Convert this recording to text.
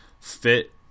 fit